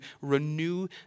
renew